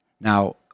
Now